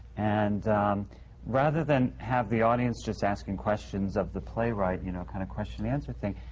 and rather than have the audience just asking questions of the playwright, you know, kind of question-and-answer thing,